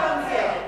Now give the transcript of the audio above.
נגד.